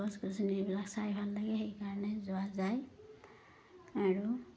গছ গছনি এইবিলাক চাই ভাল লাগে সেইকাৰণে যোৱা যায় আৰু